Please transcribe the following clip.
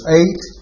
eight